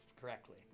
correctly